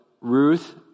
Ruth